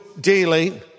daily